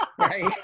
right